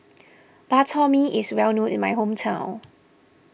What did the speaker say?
Bak Chor Mee is well known in my hometown